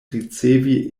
ricevi